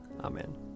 Amen